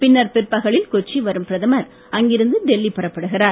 பின்னர் பிற்பகலில் கொச்சி வரும் பிரதமர் அங்கிருந்து டெல்லி புறப்படுகிறார்